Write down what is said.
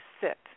sit